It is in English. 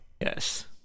Yes